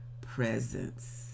Presence